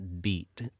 beat